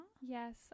Yes